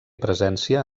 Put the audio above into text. presència